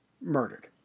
murdered